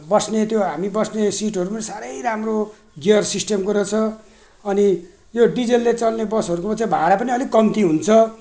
बस्ने त्यो हामी बस्ने सिटहरू पनि साह्रै राम्रो गियर सिस्टमको रहेछ अनि यो डिजलले चल्ने बसहरूको चाहिँ भाडा पनि अलिक कम्ती हुन्छ